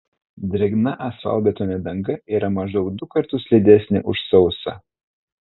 drėgna asfaltbetonio danga yra maždaug du kartus slidesnė už sausą